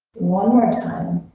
one more time,